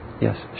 Yes